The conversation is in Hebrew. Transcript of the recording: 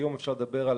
היום אפשר לדבר על